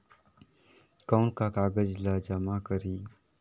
कौन का कागज ला जमा करी?